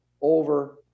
over